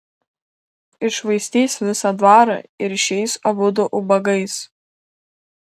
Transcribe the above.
iššvaistys visą dvarą ir išeis abudu ubagais